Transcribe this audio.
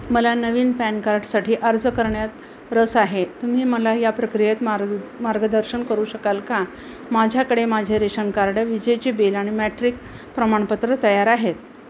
मला नवीन पॅन कार्डसाठी अर्ज करण्यात रस आहे तुम्ही मला या प्रक्रियेत मार्ग मार्गदर्शन करू शकाल का माझ्याकडे माझे रेशन कार्ड विजेचे बिल आणि मॅट्रिक प्रमाणपत्र तयार आहेत